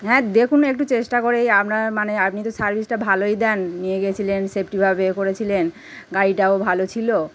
হ্যাঁ দেখুন না একটু চেষ্টা করেই আপনার মানে আপনি তো সার্ভিসটা ভালোই দেন নিয়ে গেছিলেন সেফটিভাবে এ করেছিলেন গাড়িটাও ভালো ছিল